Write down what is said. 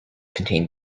contain